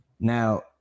now